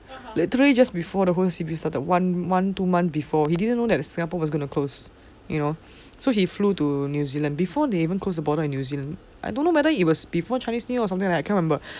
literally just before the whole C_B started one one two months before he didn't know that singapore was going to close you know so he flew to new zealand before they even close the border in new zealand I don't know whether it was before chinese new year or something like that I cannot remember